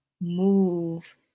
move